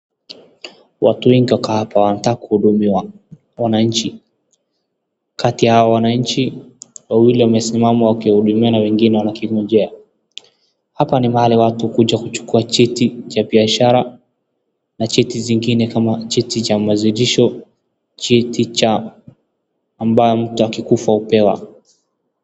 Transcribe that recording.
Watu wengi wako hapa wanataka kuhudumiwa wananchi, kati ya hao wananchi wawili wamesimama wakihudumiwa na wengine wakingojea. Hapa ni mahali watu hukuja kuchukua cheti ya biashara na cheti zingine kama cheti za mazidisho, cheti cha ambayo mtu akikufa anapewa.